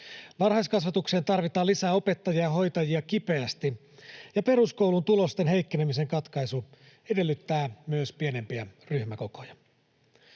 Varhaiskasvatukseen tarvitaan lisää opettajia ja hoitajia kipeästi, ja peruskoulun tulosten heikkenemisen katkaisu edellyttää myös pienempiä ryhmäkokoja.